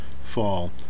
fall